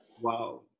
Wow